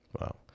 Wow